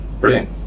Brilliant